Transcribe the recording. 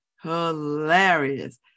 hilarious